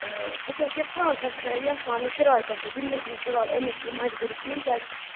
بہٕ چھَس یَژھان چھَس بہٕ یَژھان یہِ کِراے پٮ۪ٹھٕے دیُن مےٚ چھُنہٕ فِلحال امِچ یہِ مجبوٗری کیٚنٛہہ کیٛاز کہِ